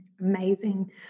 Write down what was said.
Amazing